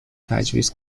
تجویز